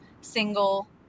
single